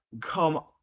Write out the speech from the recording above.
come